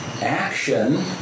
action